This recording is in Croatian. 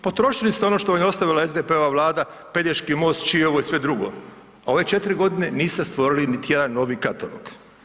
Potrošili ste ono što vam je ostavila SDP-ova vlada, Pelješki most, Čiovo i sve drugo, a u ove 4.g. niste stvorili niti jedan novi katalog.